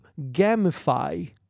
gamify